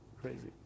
Crazy